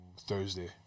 Thursday